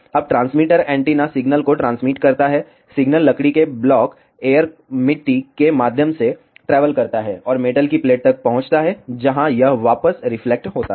अब transmitter antenna signal को transmit करता है सिग्नल लकड़ी के ब्लॉक एयर मिट्टी के माध्यम से ट्रैवल करता है और मेटल की प्लेट तक पहुंचता है जहां यह वापस रिफ्लेक्ट होता है